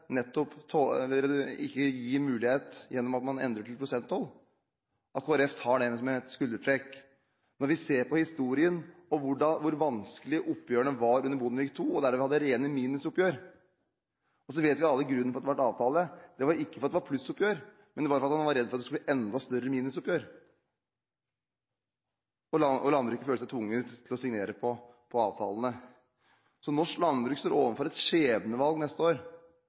Det forundrer meg at Kristelig Folkeparti tar dette med et skuldertrekk. Når vi ser på historien, ser vi hvor vanskelige jordbruksoppgjørene var under Bondevik II, hvor man hadde rene minus-oppgjør. Vi vet alle grunnen til at det ble en avtale. Det var ikke fordi det var pluss-oppgjør, men det var fordi han ble redd for at det skulle bli enda større minus-oppgjør, og landbruket følte seg tvunget til å signere avtalene. Norsk landbruk står overfor et skjebnevalg neste år,